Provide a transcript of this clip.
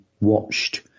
watched